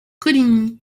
coligny